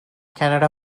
canada